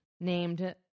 named